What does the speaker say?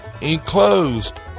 enclosed